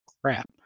crap